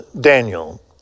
Daniel